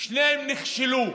שניהם נכשלו.